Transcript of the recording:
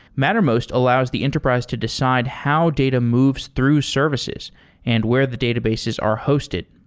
mattermost allows the enterprise to design how data moves through services and where the databases are hosted.